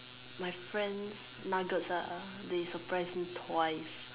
my friends nuggets ah they surprise me twice